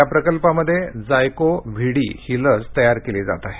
या प्रकल्पामध्ये ZyCoV D ही लस तयार केली जात आहे